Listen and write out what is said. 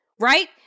right